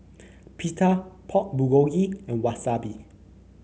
Pita Pork Bulgogi and Wasabi